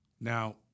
Now